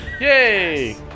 Yay